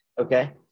okay